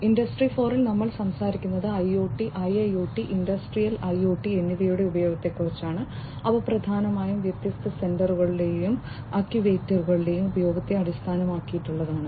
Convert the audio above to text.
0 ൽ നമ്മൾ സംസാരിക്കുന്നത് IoT IIoT Industrial IoT എന്നിവയുടെ ഉപയോഗത്തെക്കുറിച്ചാണ് അവ പ്രധാനമായും വ്യത്യസ്ത സെൻസറുകളുടെയും ആക്യുവേറ്ററുകളുടെയും ഉപയോഗത്തെ അടിസ്ഥാനമാക്കിയുള്ളതാണ്